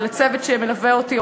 ולצוות שמלווה אותי,